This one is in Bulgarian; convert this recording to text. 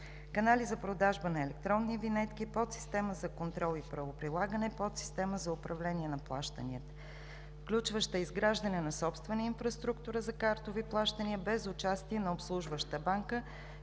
канали за продажба на електронни винетки; подсистема за контрол и правоприлагане; подсистема за управление на плащанията, включваща изграждане на собствена инфраструктура за картови плащания без участие на обслужваща банка,